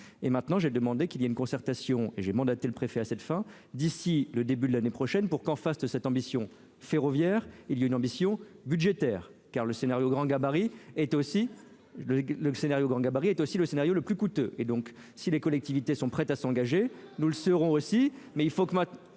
et maintenant, j'ai demandé qu'il y a une concertation et j'ai mandaté le préfet à cette fin, d'ici le début de l'année prochaine pour qu'en face de cette ambition ferroviaire il y a une ambition budgétaire car le scénario grand gabarit est aussi le le scénario grand gabarit est aussi le scénario le plus coûteux, et donc si les collectivités sont prêtes à s'engager, nous le serons aussi